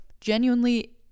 genuinely